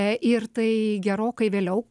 ir tai gerokai vėliau